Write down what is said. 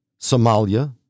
Somalia